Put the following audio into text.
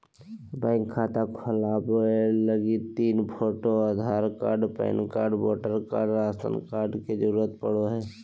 bank खाता खोलबावे लगी तीन photo, Aadhaar card, PAN card, voter card, ration card के जरूरत पड़ो हय